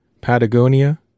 Patagonia